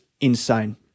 insane